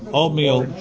oatmeal